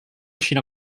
xina